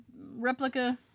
replica